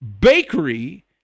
bakery